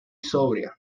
sobria